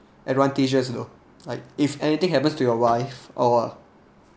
advantages you know like if anything happens to your wife or